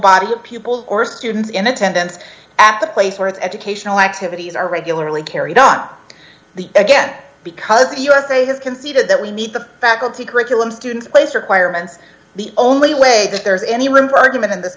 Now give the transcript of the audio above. of people or students in attendance at a place where its educational activities are regularly carried up the again because the usa has conceded that we need the faculty curriculum students place requirements the only way that there's any room for argument in this